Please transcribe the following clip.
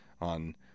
on